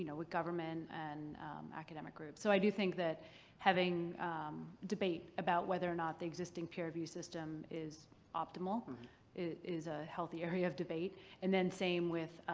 with government and academic groups. so i do think that having debate about whether or not the existing peer review system is optimal is a healthy area of debate and then same with.